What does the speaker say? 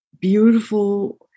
beautiful